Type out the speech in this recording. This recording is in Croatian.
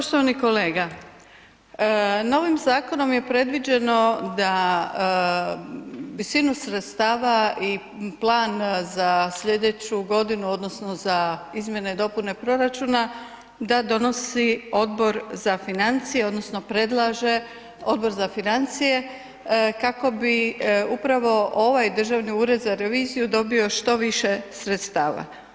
Poštovani kolega, novim zakonom je predviđeno, da visinu sredstava i plan za sljedeću godinu, odnosno, za izmjene i dopune proračuna, da donosi Odbor za financije, odnosno, predlaže, odnosno, predlaže Odbor za financije, kako bi upravo, ovaj Državni ured za reviziju dobio što više sredstava.